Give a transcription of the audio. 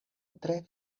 tre